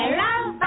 love